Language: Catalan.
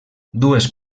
dues